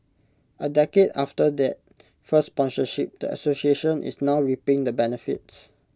A decade after that first sponsorship the association is now reaping the benefits